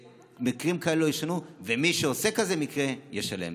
ומקרים כאלה לא יישנו, ומי שעושה כזה מקרה, ישלם.